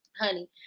honey